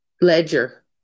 ledger